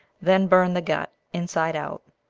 then burn the gut inside out,